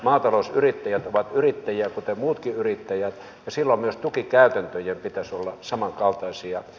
maatalousyrittäjät ovat yrittäjiä kuten muutkin yrittäjät ja silloin myös tukikäytäntöjen pitäisi olla samankaltaisia